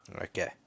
Okay